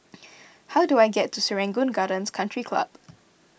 how do I get to Serangoon Gardens Country Club